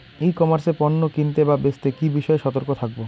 ই commerce এ পণ্য কিনতে বা বেচতে কি বিষয়ে সতর্ক থাকব?